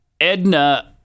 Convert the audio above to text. Edna